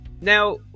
Now